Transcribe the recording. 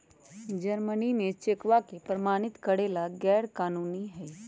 Germany में चेकवा के प्रमाणित करे ला गैर कानूनी हई